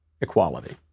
equality